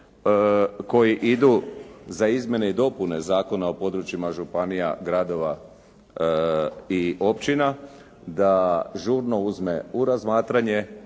koji idu za izmjene i dopune Zakona o područjima županija, gradova i općina, da žurno uzme u razmatranje